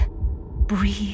Breathe